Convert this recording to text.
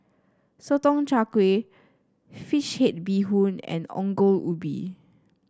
Sotong Char Kway Fish Head Bee Hoon and Ongol Ubi